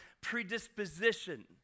predisposition